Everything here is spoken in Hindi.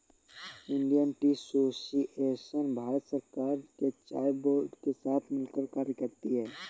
इंडियन टी एसोसिएशन भारत सरकार के चाय बोर्ड के साथ मिलकर कार्य करती है